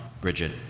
Bridget